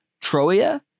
Troia